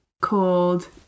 called